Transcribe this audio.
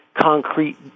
concrete